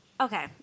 okay